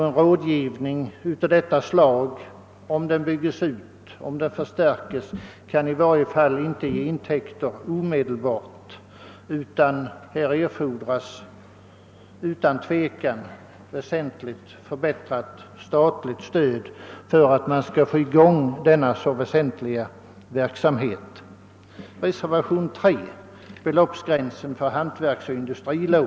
En förstärkning härav skulle i varje fall inte omedelbart ge några ökade intäkter, utan det erfordras otvivelaktigt ett väsentligt förbättrat statligt stöd för att få i gång denna så viktiga verksamhet. Reservationen 3 avser beloppsgränsen för hantverksoch industrilån.